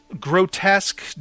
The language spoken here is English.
grotesque